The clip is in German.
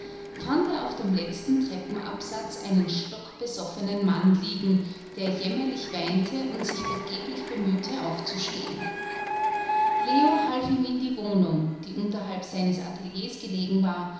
fand er auf dem letzten treppenabsatz einen stockbesoffenen mann liegen der jämmerlich weinte und sich vergeblich bemühte aufzustehen leo half ihm in die wohnung die unterhalb seines ateliers gelegen war